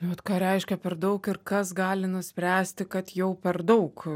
vat ką reiškia per daug ir kas gali nuspręsti kad jau per daug